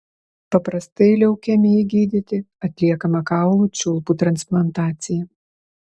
paprastai leukemijai gydyti atliekama kaulų čiulpų transplantacija